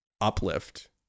uplift